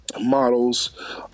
models